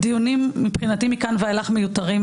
הדיונים מבחינתי מכאן ואילך מיותרים,